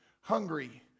hungry